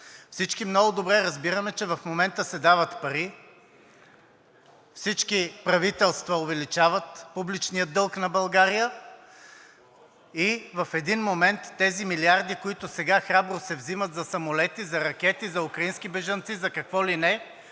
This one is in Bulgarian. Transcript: Всички много добре разбираме, че в момента се дават пари и всички правителства увеличават публичния дълг на България. В един момент тези милиарди, които сега храбро се взимат за самолети, ракети, украински бежанци за какво ли не,